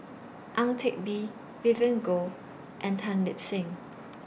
Ang Teck Bee Vivien Goh and Tan Lip Seng